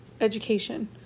education